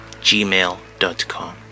gmail.com